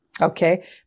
Okay